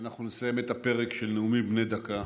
אנחנו נסיים את הפרק של נאומים בני דקה.